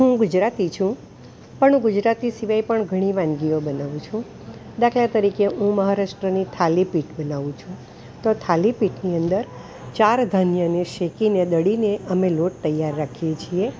હું ગુજરાતી છું પણ ગુજરાતી સિવાય પણ ઘણી વાનગીઓ બનાવું છું દાખલા તરીકે હું મહારાસ્ટ્રની થાલી પીટ બનાવું છું તો થાલી પીટની અંદર ચાર ધાન્યને શેકીને દળીને અમે લોટ તૈયાર રાખીએ છીએ